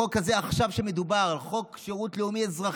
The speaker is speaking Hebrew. החוק הזה שעכשיו מדובר בו, חוק שירות לאומי-אזרחי,